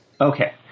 Okay